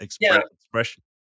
expression